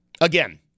Again